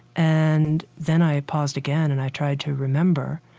and then i paused again and i tried to remember.